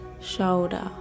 shoulder